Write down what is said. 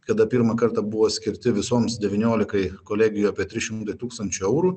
kada pirmą kartą buvo skirti visoms devyniolikai kolegijų apie trys šimtai tūkstančių eurų